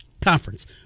conference